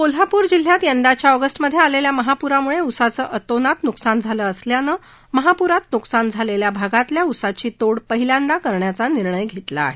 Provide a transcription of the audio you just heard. कोल्हापूर जिल्ह्यात यंदाच्या ऑगस् मध्ये आलेल्या महापूरामुळे ऊसाचं अतोनात न्कसान झालं असल्यानं महाप्रात न्कसान झालेल्या भागातल्या ऊसाची तोड पहिल्यांदा करण्याचा निर्णय घेतला आहे